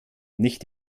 nicht